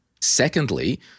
Secondly